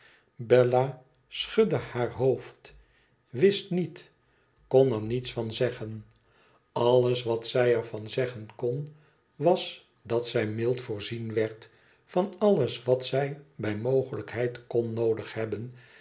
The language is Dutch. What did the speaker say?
bella schudde haar hoofd wist niet kon er niets van zeggen alles wat zij er van zeggen kon was dat zij mild voorzien werd van alles wat zij bij mogelijkheid kon noodig hebben